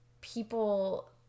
people